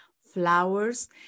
flowers